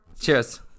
Cheers